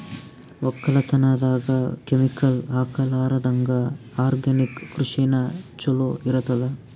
ಒಕ್ಕಲತನದಾಗ ಕೆಮಿಕಲ್ ಹಾಕಲಾರದಂಗ ಆರ್ಗ್ಯಾನಿಕ್ ಕೃಷಿನ ಚಲೋ ಇರತದ